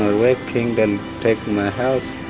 working, then take my house.